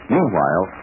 Meanwhile